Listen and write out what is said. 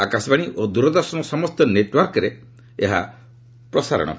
ଆକାଶବାଣୀ ଓ ଦୂରଦର୍ଶନର ସମସ୍ତ ନେଟୱାର୍କରେ ଏହା ପ୍ରସାରିତ ହେବ